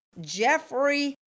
Jeffrey